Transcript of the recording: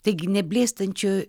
taigi neblėstančio